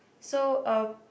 so um